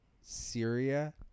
Syria